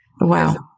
Wow